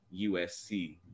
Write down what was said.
USC